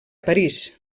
parís